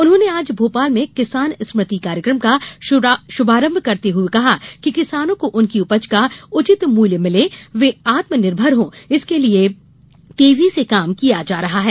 उन्होंने आज भोपाल में किसान स्मृति कार्यक्रम का श्भारंभ करते हये कहा कि किसानों को उनकी उपज का उचित मूल्य मिलें वे आत्मनिर्भर हो इसके लिये तेजी से काम किया जा रहा है